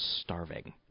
starving